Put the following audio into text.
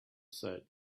said